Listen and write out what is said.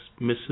Mrs